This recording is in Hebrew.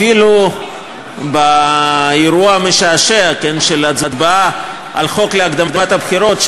אפילו באירוע המשעשע של הצבעה על חוק להקדמת הבחירות,